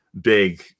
Big